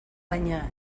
baina